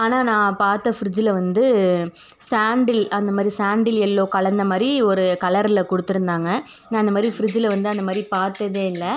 ஆனால் நான் பார்த்த ஃப்ரிட்ஜில் வந்து சாண்டில் அந்த மாதிரி சாண்டில் எல்லோவ் கலந்த மாதிரி ஒரு கலரில் கொடுத்துருந்தாங்க நான் அந்த மாதிரி ஃப்ரிட்ஜில் வந்து அந்த மாதிரி பார்த்ததே இல்லை